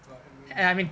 !wah! admin ah